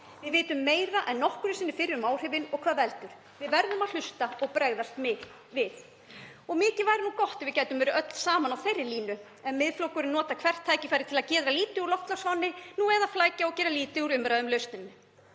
Við vitum meira en nokkru sinni fyrr um áhrifin og hvað veldur. Við verðum að hlusta og bregðast við. Mikið væri nú gott ef við gætum verið öll saman á þeirri línu en Miðflokkurinn notar hvert tækifæri til að gera lítið úr loftslagsvánni, nú eða flækja og gera lítið úr umræðum um